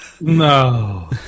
No